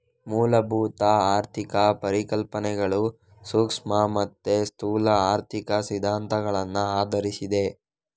ಮೂಲಭೂತ ಆರ್ಥಿಕ ಪರಿಕಲ್ಪನೆಗಳು ಸೂಕ್ಷ್ಮ ಮತ್ತೆ ಸ್ಥೂಲ ಆರ್ಥಿಕ ಸಿದ್ಧಾಂತಗಳನ್ನ ಆಧರಿಸಿದೆ